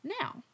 now